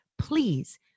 please